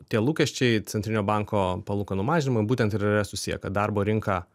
tie lūkesčiai centrinio banko palūkanų mažinimo būtent ir yra susiję kad darbo rinka